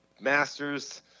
masters